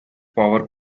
power